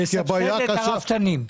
לסבסד את הרפתנים.